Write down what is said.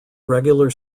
regular